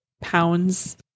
pounds